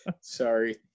Sorry